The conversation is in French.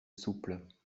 souples